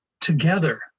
together